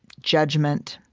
judgment,